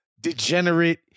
degenerate